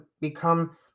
become